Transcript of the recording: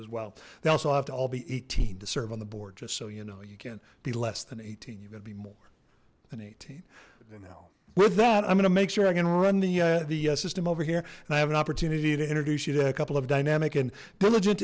as well they also have to all be eighteen to serve on the board just so you know you can't be less than eighteen you've got to be more than eighteen know with that i'm gonna make sure i can run the system over here and i have an opportunity to introduce you to a couple of dynamic and diligent